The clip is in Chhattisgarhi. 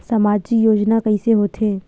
सामजिक योजना कइसे होथे?